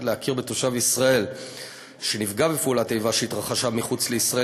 להכיר בתושב ישראל שנפגע בפעולת איבה שהתרחשה מחוץ לישראל